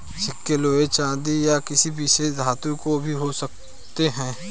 सिक्के लोहे चांदी या किसी विशेष धातु के भी हो सकते हैं